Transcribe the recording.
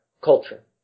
culture